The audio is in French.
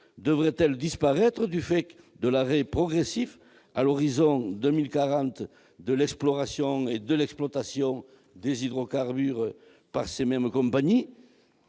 Devrait-elle disparaître du fait de l'arrêt progressif, à l'horizon de 2040, de l'exploration et de l'exploitation des hydrocarbures par ces mêmes compagnies ?